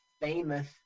famous